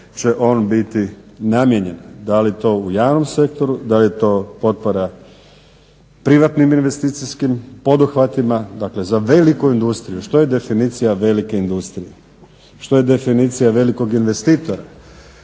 će on biti namijenjen? Da li je to u javnom sektoru da li je to potpora privatnim investicijskim poduhvatima dakle za veliku industriju. Što je definicija velike industrija? Što je definicija velikog investitora?